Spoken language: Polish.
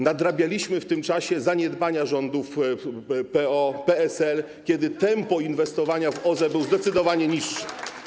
Nadrabialiśmy w tym czasie zaniedbania rządów PO-PSL, kiedy tempo inwestowania w OZE było zdecydowanie niższe.